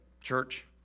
church